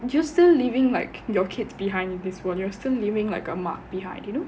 you are still leaving like your kids behind [what] you're still leaving like a mark behind you know